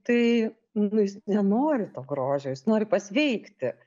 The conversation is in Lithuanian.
tai nu jis nenori to grožio jis nori pasveikti